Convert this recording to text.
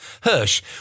Hirsch